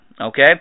Okay